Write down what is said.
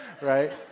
right